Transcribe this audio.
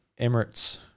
Emirates